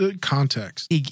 context